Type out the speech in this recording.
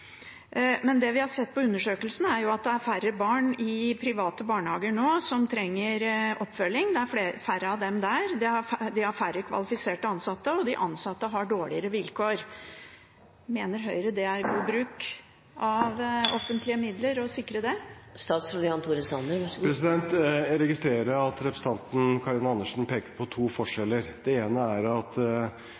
Det vi har sett på undersøkelsene, er at det nå er færre barn i private barnehager som trenger oppfølging. De har færre kvalifiserte ansatte, og de ansatte har dårligere vilkår. Mener Høyre det er god bruk av offentlige midler å sikre det? Jeg registrerer at representanten Karin Andersen peker på to forskjeller. Det ene er at